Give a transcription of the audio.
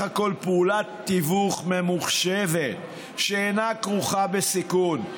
הכול פעולת תיווך ממוחשבת שאינה כרוכה בסיכון.